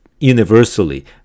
universally